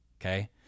okay